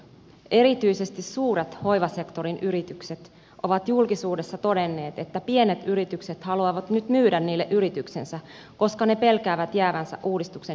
erityisesti suuret hoivasektorin yritykset ovat julkisuudessa todenneet että pienet yritykset haluavat nyt myydä niille yrityksensä koska ne pelkäävät jäävänsä uudistuksen jalkoihin